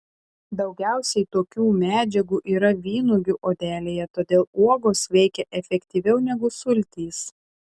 daugiausiai tokių medžiagų yra vynuogių odelėje todėl uogos veikia efektyviau negu sultys